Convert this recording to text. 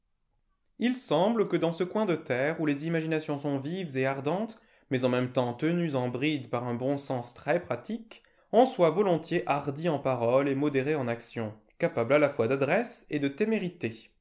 il semble que dans ce coin de terre où les imaginations sont vives et ardentes mais en même temps tenues en bride par un bon sens très pratique on soit volontiers hardi en paroles et modéré en action capable à la fois d'adresse et de témérité